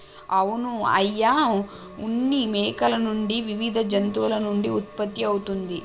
అవును అయ్య ఉన్ని మేకల నుండి వివిధ జంతువుల నుండి ఉత్పత్తి అవుతుంది